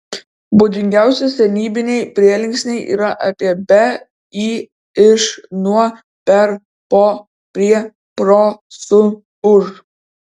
būdingiausi senybiniai prielinksniai yra apie be į iš nuo per po prie pro su už